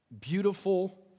beautiful